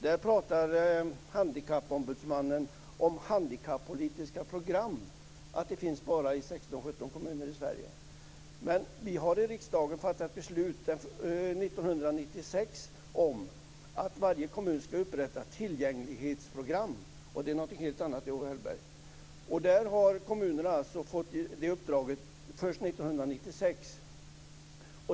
Där talar Handikappombudsmannen om att det finns handikappolitiska program endast i 16-17 kommuner i Sverige. Men vi har i riksdagen fattat beslut 1996 om att varje kommun skall upprätta tillgänglighetsprogram, vilket är något helt annat, Owe Hellberg. Kommunerna fick detta uppdrag först 1996.